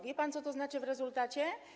Wie pan, co to znaczy w rezultacie?